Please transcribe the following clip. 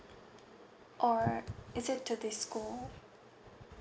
or is it to the school